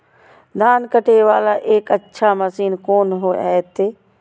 धान कटे वाला एक अच्छा मशीन कोन है ते?